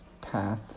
path